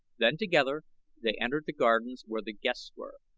then together they entered the gardens where the guests were.